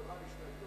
אצלנו היהודים,